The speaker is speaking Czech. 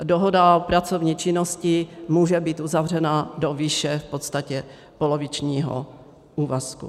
A dohoda o pracovní činnosti může být uzavřena do výše v podstatě polovičního úvazku.